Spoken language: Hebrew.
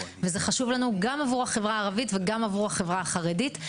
וזה חשוב לנו גם עבור החברה הערבית וגם עבור החברה החרדית.